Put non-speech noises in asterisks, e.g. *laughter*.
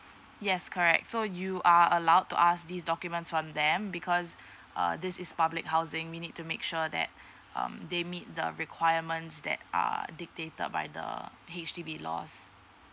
yes correct so you are allowed to ask these documents from them because *breath* uh this is public housing we need to make sure that um they meet the requirements that err dictated by the H_D_B law